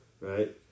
Right